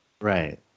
Right